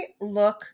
look